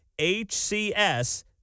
HCS